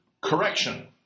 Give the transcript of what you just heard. Correction